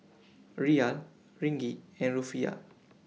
Riyal Ringgit and Rufiyaa